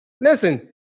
Listen